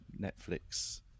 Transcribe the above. Netflix